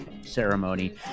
ceremony